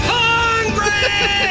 hungry